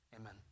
amen